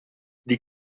die